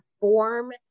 form